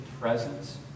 presence